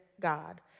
God